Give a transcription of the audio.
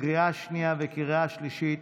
לקריאה שנייה וקריאה שלישית.